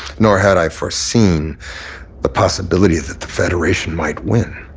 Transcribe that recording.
nor had i foreseen the possibility that the federation might win.